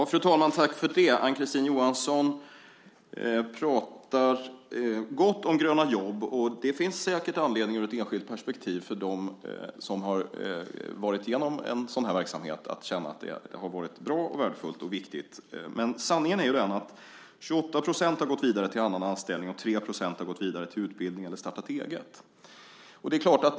Fru talman! Ann-Kristine Johansson pratar gott om Gröna jobb. Det finns säkert anledning ur ett enskilt perspektiv för dem som gått igenom en sådan verksamhet att känna att det har varit bra, värdefullt och viktigt. Sanningen är dock att 28 % har gått vidare till annan anställning och att 3 % har gått till utbildning eller startat eget.